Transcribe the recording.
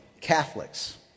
Catholics